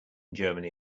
germany